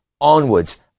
onwards